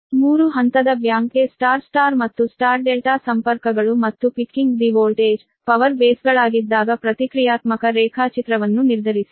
3 ಹಂತದ ಬ್ಯಾಂಕ್ಗೆ Y Y ಮತ್ತು Y ∆ ಸಂಪರ್ಕಗಳು ಮತ್ತು ಪಿಕ್ಕಿಂಗ್ ದಿ ವೋಲ್ಟೇಜ್ ಪವರ್ ಬೇಸ್ಗಳಾಗಿದ್ದಾಗ ಪ್ರತಿಕ್ರಿಯಾತ್ಮಕ ರೇಖಾಚಿತ್ರವನ್ನು ನಿರ್ಧರಿಸಿ